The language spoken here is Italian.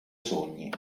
sogni